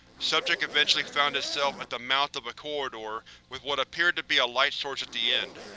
subject eventually found itself at the mouth of a corridor with what appeared to be a light source at the end.